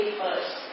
first